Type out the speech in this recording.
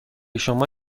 شما